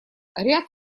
ряд